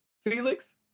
Felix